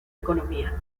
economía